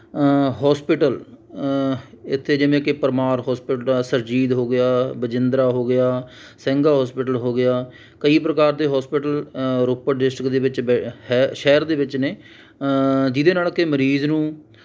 hospital ਇੱਥੇ ਜਿਵੇਂ ਕਿ ਪਰਮਾਰ ਹੋਸਪਿਟਲ ਆ ਸੁਰਜੀਤ ਹੋ ਗਿਆ ਬਜਿੰਦਰਾ ਹੋ ਗਿਆ ਸਿੰਘ ਹੋਸਪਿਟਲ ਹੋ ਗਿਆ ਕਈ ਪ੍ਰਕਾਰ ਦੇ ਹੋਸਪਿਟਲ ਰੋਪੜ ਡਿਸਟਿਕ ਦੇ ਵਿਚ ਬ ਹੈ ਸ਼ਹਿਰ ਦੇ ਵਿੱਚ ਨੇ ਜਿਹਦੇ ਨਾਲ ਕੇ ਮਰੀਜ਼ ਨੂੰ